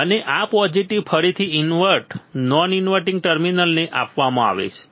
અને આ પોઝિટિવ ફરીથી ઇન્વર્ટ નોન ઇન્વર્ટીંગ ટર્મિનલને આપવામાં આવશે